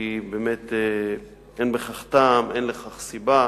כי באמת אין בכך טעם, אין לכך סיבה,